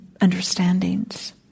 understandings